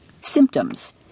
Symptoms